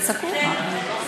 אלה הן העובדות.